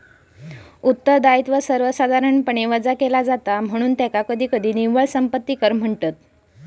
उत्तरदायित्व सर्वसाधारणपणे वजा केला जाता, म्हणून त्याका कधीकधी निव्वळ संपत्ती कर म्हणतत